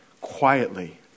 quietly